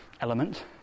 element